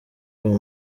uwo